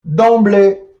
d’emblée